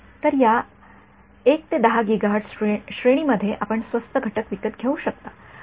तर या १ ते १0 गिगाहर्ट्ज श्रेणीमध्ये आपण स्वस्त घटक विकत घेऊ शकता